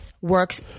works